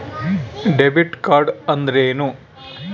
Debit card ಅಂದ್ರೇನು?